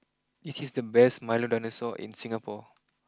this is the best Milo dinosaur in Singapore